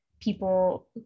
people